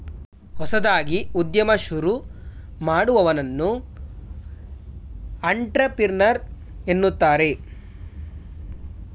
ಹೊಸದಾಗಿ ಉದ್ಯಮ ಶುರು ಮಾಡುವವನನ್ನು ಅಂಟ್ರಪ್ರಿನರ್ ಎನ್ನುತ್ತಾರೆ